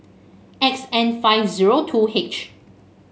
X N five zero two H